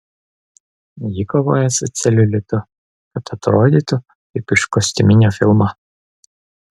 ji kovoja su celiulitu kad atrodytų kaip iš kostiuminio filmo